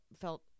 felt